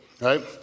right